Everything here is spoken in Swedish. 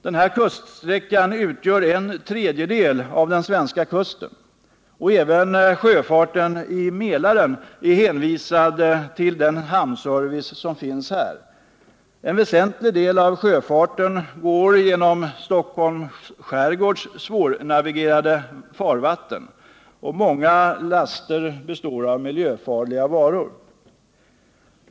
Denna kuststräcka utgör en tredjedel av den svenska kusten, och även sjöfarten i Mälaren är hänvisad till den hamnservice som finns här. En väsentlig del av sjöfarten går genom Stockholms skärgårds svårnavigerade farvatten, och många laster består av miljöfarliga varor.